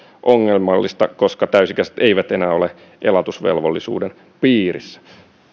ongelmallista koska täysi ikäiset eivät enää ole elatusvelvollisuuden piirissä